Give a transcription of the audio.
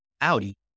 Audi